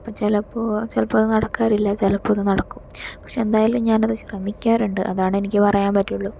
അപ്പോൾ ചിലപ്പോൾ അത് നടക്കാറില്ല ചിലപ്പോൾ അത് നടക്കും പക്ഷെ എന്തായാലും ഞാൻ അത് ശ്രമിക്കാറുണ്ട് അതാണ് എനിക്ക് പറയാൻപറ്റുള്ളു